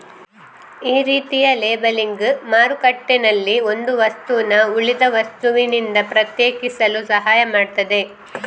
ಈ ರೀತಿಯ ಲೇಬಲಿಂಗ್ ಮಾರುಕಟ್ಟೆನಲ್ಲಿ ಒಂದು ವಸ್ತುನ ಉಳಿದ ವಸ್ತುನಿಂದ ಪ್ರತ್ಯೇಕಿಸಲು ಸಹಾಯ ಮಾಡ್ತದೆ